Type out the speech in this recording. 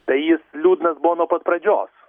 tai jis liūdnas buvo nuo pat pradžios